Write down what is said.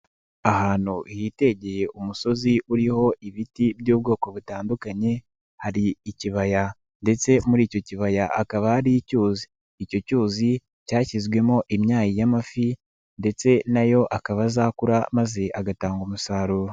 Ahantu hitegeye umusozi uriho ibiti by'ubwoko butandukanye, hari ikibaya ndetse muri icyo kibaya hakaba hari icyuzi, icyo cyuzi cyashyizwemo imyayi y'amafi ndetse na yo akaba azakura maze agatanga umusaruro.